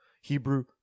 Hebrew